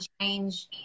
change